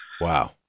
wow